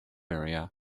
area